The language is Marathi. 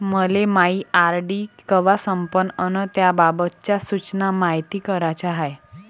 मले मायी आर.डी कवा संपन अन त्याबाबतच्या सूचना मायती कराच्या हाय